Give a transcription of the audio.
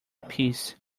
peace